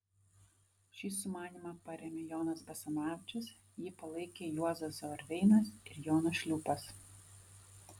šį sumanymą parėmė jonas basanavičius jį palaikė juozas zauerveinas ir jonas šliūpas